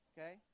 Okay